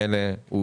הפיצויים.